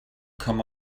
come